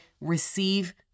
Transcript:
receive